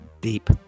deep